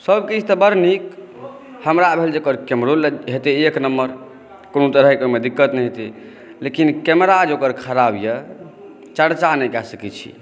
सभ किछु तऽ बड नीक हमरा भेल जे एकर कैमरो हेतय एक नम्बर कोनो तरहक ओहिमे दिक़्क़त नहि हेतै लेकिन कैमरा जे ओकर ख़राब अइ चरचा नहि कऽ सकै छी